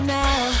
now